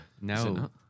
No